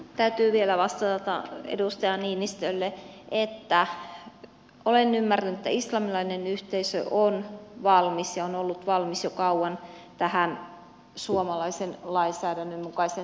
täytyy vielä vastata edustaja niinistölle että olen ymmärtänyt että islamilainen yhteisö on valmis ja on ollut valmis jo kauan tähän suomalaisen lainsäädännön mukaiseen teurastukseen